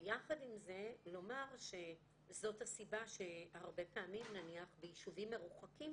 ויחד עם זה לומר שזאת הסיבה שהרבה פעמים נניח ביישובים מרוחקים